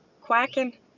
quacking